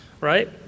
right